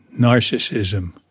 narcissism